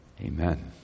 Amen